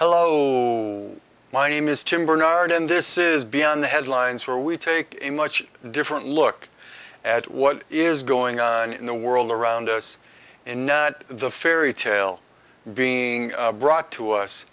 hello my name is tim barnard and this is beyond the headlines where we take a much different look at what is going on in the world around us and the fairy tale being brought to us